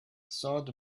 thought